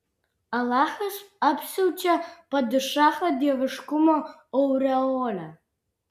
alachas apsiaučia padišachą dieviškumo aureole